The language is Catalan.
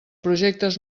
projectes